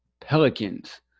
Pelicans